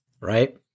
right